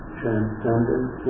transcendent